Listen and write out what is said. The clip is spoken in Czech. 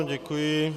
Děkuji.